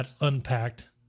unpacked